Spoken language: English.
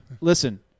Listen